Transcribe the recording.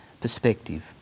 perspective